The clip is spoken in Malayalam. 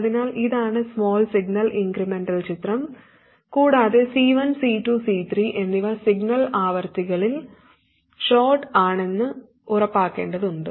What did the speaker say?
അതിനാൽ ഇതാണ് സ്മോൾ സിഗ്നൽ ഇൻക്രെമെന്റൽ ചിത്രം കൂടാതെ C1 C2 C3 എന്നിവ സിഗ്നൽ ആവൃത്തികളിൽ ഷോർട്ട് ആണെന്ന് ഉറപ്പാക്കേണ്ടതുണ്ട്